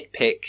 nitpick